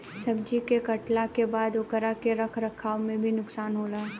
सब्जी के काटला के बाद ओकरा के रख रखाव में भी नुकसान होला